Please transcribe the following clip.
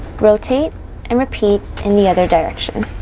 rotate and repeat in the other direction